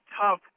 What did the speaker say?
tough